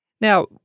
Now